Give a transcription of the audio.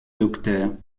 docteur